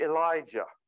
Elijah